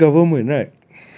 it's semi government right